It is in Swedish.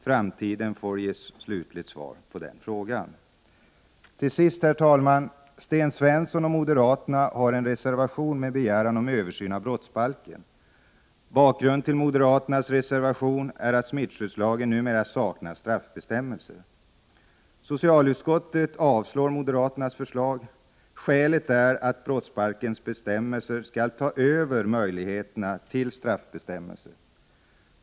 Framtiden får ge det slutliga svaret på den frågan. Till sist, herr talman, har Sten Svensson m.fl. moderater en reservation med bestämmelser om översyn av brottsbalken. Bakgrunden till moderaternas reservation är att smittskyddslagen numera saknar straffbestämmelser. Socialutskottet avstyrker moderaternas förslag. Skälet är att brottsbalkens bestämmelser skall ta över möjligheterna till straffbestämmelser.